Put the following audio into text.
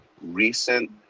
recent